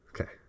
Okay